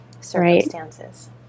circumstances